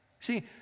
See